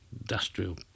industrial